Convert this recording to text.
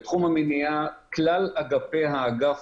בתחום המניעה, כלל אגפי האגף